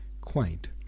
quaint